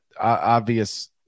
obvious